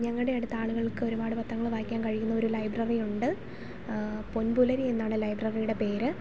ഞങ്ങളുടെ അടുത്ത ആളുകൾക്ക് ഒരുപാട് പത്രങ്ങൾ വായിക്കാൻ കഴിയുന്ന ഒരു ലൈബ്രറിയുണ്ട് പൊൻപുലരി എന്നാണ് ലൈബ്രറിയുടെ പേര്